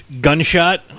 gunshot